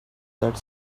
that